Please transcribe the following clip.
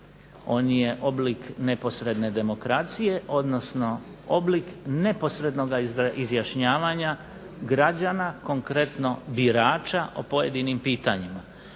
on je oblik neposredne demokracije, odnosno oblik neposrednoga izjašnjavanja građana, konkretno birača o pojedinim pitanjima,